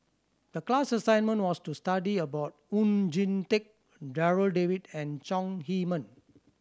the class assignment was to study about Oon Jin Teik Darryl David and Chong Heman